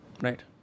Right